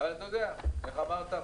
איך אמרת?